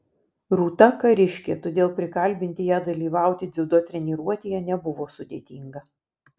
rūta kariškė todėl prikalbinti ją dalyvauti dziudo treniruotėje nebuvo sudėtinga